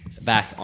back